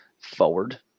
forward